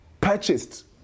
purchased